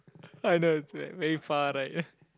I know it's like very far right